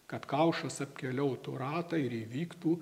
kad kaušas apkeliautų ratą ir įvyktų